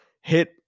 hit